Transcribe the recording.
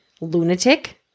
Lunatic